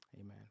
Amen